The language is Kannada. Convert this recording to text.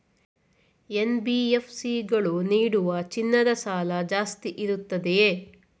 ಎನ್.ಬಿ.ಎಫ್.ಸಿ ಗಳು ನೀಡುವ ಚಿನ್ನದ ಸಾಲ ಜಾಸ್ತಿ ಇರುತ್ತದೆಯೇ?